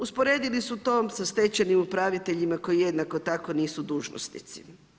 Usporedili su to sa stečajnim upraviteljima koji jednako tako nisu dužnosnici.